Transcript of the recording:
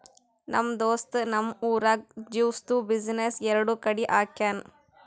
ನಮ್ ದೋಸ್ತ್ ನಮ್ ಊರಾಗ್ ಜ್ಯೂಸ್ದು ಬಿಸಿನ್ನೆಸ್ ಎರಡು ಕಡಿ ಹಾಕ್ಯಾನ್